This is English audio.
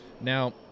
Now